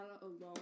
alone